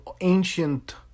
ancient